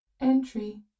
Entry